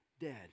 dead